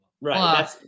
Right